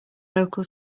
local